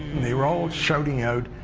they were all shouting out,